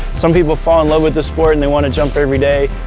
some people fall in love with this sport and they want to jump every day.